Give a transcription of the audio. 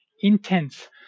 intense